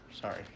Sorry